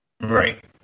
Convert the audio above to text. right